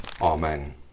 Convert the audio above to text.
Amen